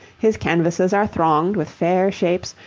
his canvases are thronged with fair shapes,